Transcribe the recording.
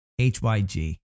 HYG